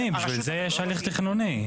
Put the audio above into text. זה לא סמכות רחבה,